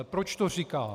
Proč to říkám?